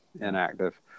inactive